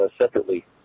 separately